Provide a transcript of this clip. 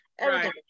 Right